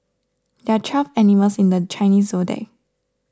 there are twelve animals in the Chinese zodiac